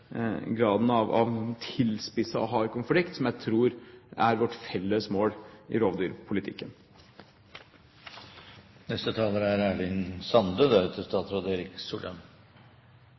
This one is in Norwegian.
graden av tilspisset og hard konflikt som jeg tror er vårt felles mål i rovdyrpolitikken. Debatten om dagens rovdyrpolitikk og rovdyrforvaltning er